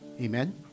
Amen